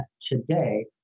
today